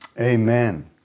Amen